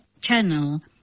channel